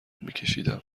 میکشیدم